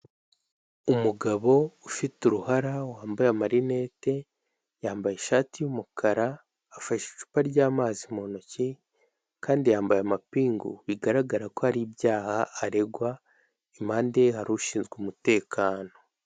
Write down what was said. Umugabo ufite uruhara, wambaye amarinete, yambaye ishati y'umukara, afashe icupa ry'amazi mu ntoki, kandi yambaye amapingu. Bigaragara ko hari ibyaha aregwa, impande ye hari ushinzwe umutekano.